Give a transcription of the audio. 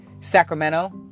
Sacramento